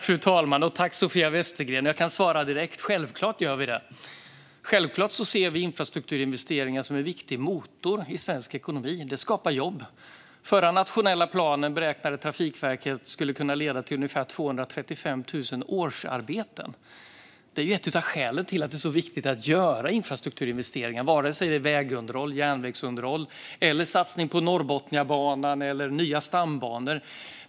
Fru talman! Jag kan svara direkt, Sofia Westergren: Självklart gör vi det. Självklart ser vi infrastrukturinvesteringar som en viktig motor i svensk ekonomi. Det skapar jobb. Den förra nationella planen beräknade Trafikverket skulle kunna leda till ungefär 235 000 årsarbeten. Det är ett av skälen till att det är så viktigt att göra infrastrukturinvesteringar. Det kan vara vägunderhåll, järnvägsunderhåll, satsningar på Norrbotniabanan eller nya stambanor.